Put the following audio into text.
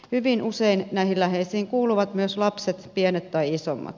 hyvin usein näihin läheisiin kuuluvat myös lapset pienet tai isommat